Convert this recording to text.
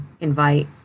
invite